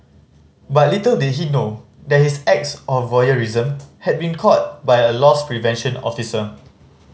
but little did he know that his acts of voyeurism had been caught by a loss prevention officer